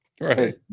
Right